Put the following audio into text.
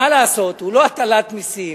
מה לעשות, הוא לא הטלת מסים,